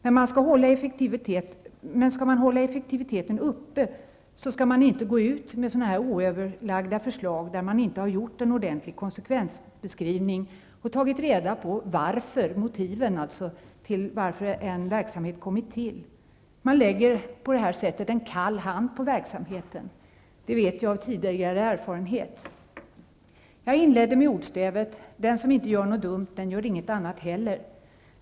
Men skall man hålla effektiviteten uppe, skall man inte gå ut med sådana här oöverlagda förslag, där man inte har gjort en ordentlig konsekvensbeskrivning och inte tagit reda på varför en verksamhet har kommit till. Då lägger man en kall hand över verksamheten. Det vet jag av tidigare erfarenhet. Jag inledde med ordstävet ''den som inte gör något dumt, den gör inget annat heller''.